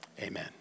Amen